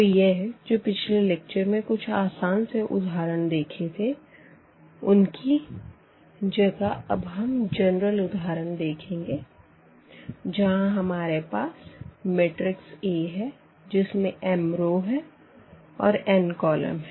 तो यह जो पिछले लेक्चर में कुछ आसान से उदाहरण देखे थे उनकी जगह अब हम जनरल उदाहरण देखेंगे जहाँ हमारे पास मैट्रिक्स A है जिसमें m रो है और n कॉलम है